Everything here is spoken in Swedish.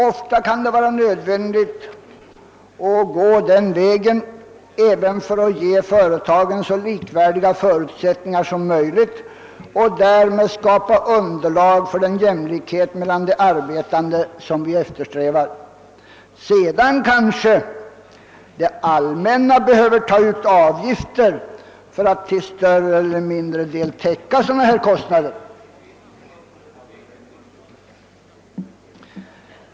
Ofta kan det vara nödvändigt att gå den vägen även för att ge företagen så likvärdiga förutsättningar som möjligt och därmed skapa underlag för den jämlikhet mellan de arbetande som vi eftersträvar. Sedan kanske det allmänna behöver ta ut avgifter för att till större eller mindre del täcka sådana här kostnader.